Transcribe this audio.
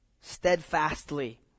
steadfastly